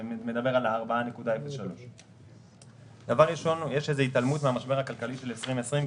ומדבר על 4.03%. יש התעלמות מהמשבר הכלכלי שהיה ב-2020,